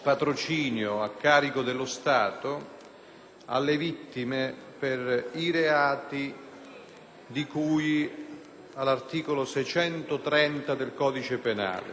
di cui all'articolo 630 del codice penale che disciplina la fattispecie del sequestro di persona a scopo di rapina e di estorsione.